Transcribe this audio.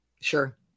Sure